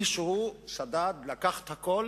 מישהו שדד, לקח את הכול